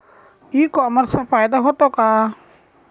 E कॉमर्सचा फायदा होतो का?